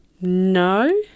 No